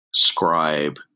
scribe